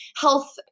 health